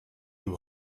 you